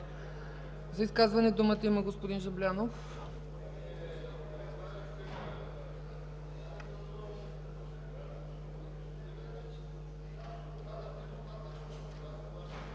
За изказване думата има господин Жаблянов.